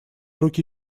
руки